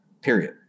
period